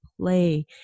play